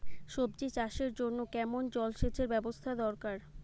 সবজি চাষের জন্য কেমন জলসেচের ব্যাবস্থা দরকার?